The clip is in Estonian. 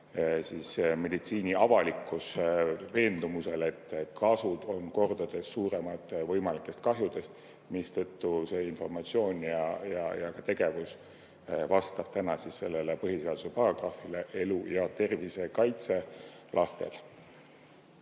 on meditsiiniavalikkus veendumusel, et kasu on kordades suurem võimalikest kahjudest, mistõttu see informatsioon ja ka tegevus vastab täna sellele põhiseaduse paragrahvile, mis räägib laste